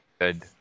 good